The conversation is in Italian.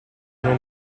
non